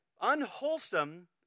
unwholesome